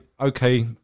okay